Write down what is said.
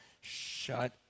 shut